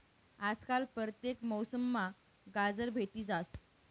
आजकाल परतेक मौसममा गाजर भेटी जास